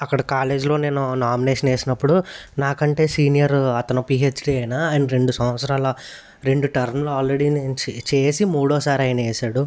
అక్కడ కాలేజీలో నేను నామినేషన్ వేసినప్పుడు నాకంటే సీనియర్ అతను పీహెచ్డీ అయిన ఆయన రెండు సంవత్సరాల రెండు టర్ములు ఆల్రెడీ నేను చె చేసి మూడో సారి ఆయనేసాడు